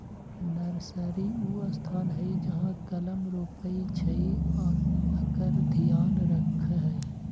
nursery उ स्थान हइ जहा कलम रोपइ छइ आ एकर ध्यान रखहइ